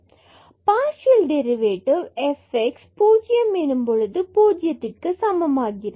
partial derivative partial derivative f x 0 எனும் போது 0 க்கு சமமாகிறது